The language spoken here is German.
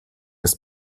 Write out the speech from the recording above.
ist